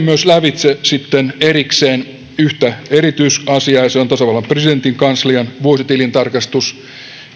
myös käynyt lävitse sitten erikseen yhtä erityisasiaa ja se on tasavallan presidentin kanslian vuositilintarkastus